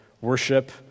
worship